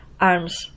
arms